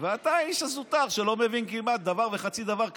ואתה האיש הזוטר שלא מבין כמעט דבר וחצי דבר,